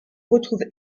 retrouve